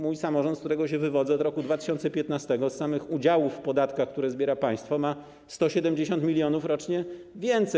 Mój samorząd, z którego się wywodzę, od roku 2015 z samych udziałów w podatkach, które zbiera państwo, ma 170 mln rocznie więcej.